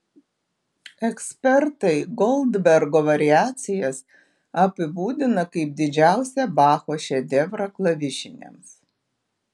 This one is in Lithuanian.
ekspertai goldbergo variacijas apibūdina kaip didžiausią bacho šedevrą klavišiniams